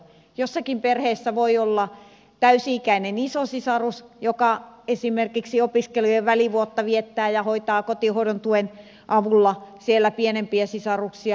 jossakin perheessä voi olla täysi ikäinen isosisarus joka esimerkiksi opiskelujen välivuotta viettää ja hoitaa kotihoidon tuen avulla siellä pienempiä sisaruksia